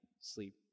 sleep